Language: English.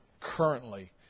currently